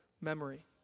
memory